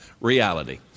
reality